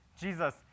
Jesus